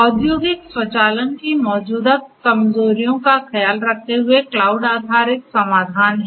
औद्योगिक स्वचालन की मौजूदा कमजोरियों का ख्याल रखते हुए क्लाउड आधारित समाधान है